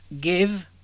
give